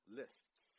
lists